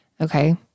okay